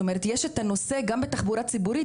את אומרת יש את הנושא גם את תחבורה ציבורית,